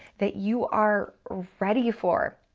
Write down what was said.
that you are ready for.